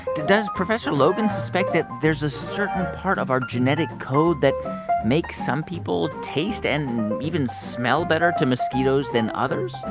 does professor logan suspect that there's a certain part of our genetic code that makes some people taste and even smell better to mosquitoes than others?